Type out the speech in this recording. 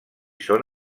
són